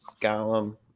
Gollum